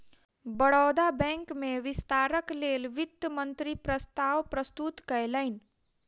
Baroda bank में विस्तारक लेल वित्त मंत्री प्रस्ताव प्रस्तुत कयलैन